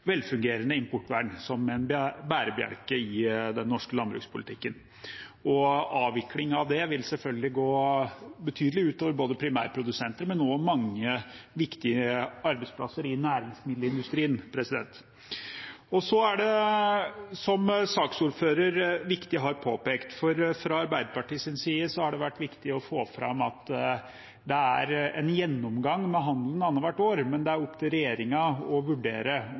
velfungerende importvern som en bærebjelke i den norske landbrukspolitikken. Avvikling av det vil selvfølgelig gå betydelig ut over både primærprodusenter og mange viktige arbeidsplasser i næringsmiddelindustrien. Som saksordføreren riktig har påpekt, har det fra Arbeiderpartiets side vært viktig å få fram at det er en gjennomgang av handelen annet hvert år, men det er opp til regjeringen å vurdere